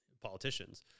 politicians